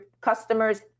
customers